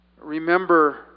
Remember